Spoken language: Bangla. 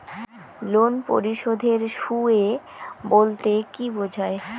লোন পরিশোধের সূএ বলতে কি বোঝায়?